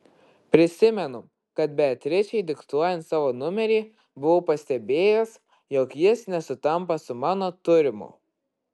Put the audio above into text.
prisimenu kad beatričei diktuojant savo numerį buvau pastebėjęs jog jis nesutampa su mano turimu